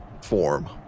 form